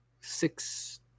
six